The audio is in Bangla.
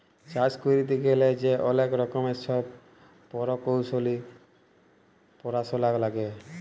চাষ ক্যইরতে গ্যালে যে অলেক রকমের ছব পরকৌশলি পরাশলা লাগে